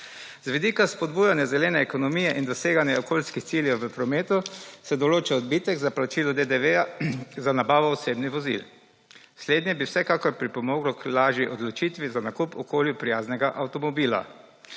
Z vidika spodbujanja zelene ekonomije in doseganja okolijskih ciljev v prometu se določa odbitek za plačilo DDV za nabavo osebnih vozil slednje bi vsekakor pripomoglo k lažji odločitvi za nakup okolju prijaznega avtomobila.